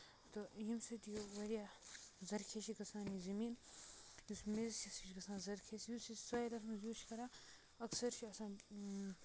تہٕ ییٚمہِ سۭتۍ یہِ واریاہ زَرخیز چھُ گژھان یہِ زٔمیٖن یُس میٚژ چھِ سۄ چھےٚ گژھان زَرخیز یُس یہِ سویِل اَتھ منٛز یوٗز چھِ کران اَکثر چھِ آسان